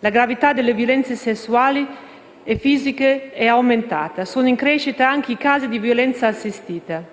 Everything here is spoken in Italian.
la gravità delle violenza sessuali e fisiche è aumentata; che sono in crescita anche i casi di violenza assistita.